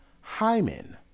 hymen